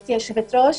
גברתי היושבת-ראש.